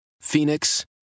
Phoenix